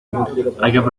aprovechar